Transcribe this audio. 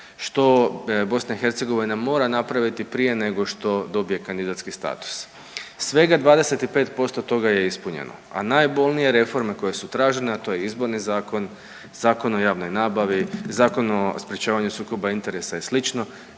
što BiH mora napraviti prije nego što dobije kandidatski status. Svega 25% toga je ispunjeno, a najbolnije reforme koje su tražene, a to je Izborni zakon, Zakon o javnoj nabavi, Zakon o sprečavanju sukoba i sl.